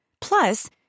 Plus